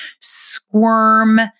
squirm